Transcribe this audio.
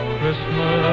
Christmas